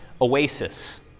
oasis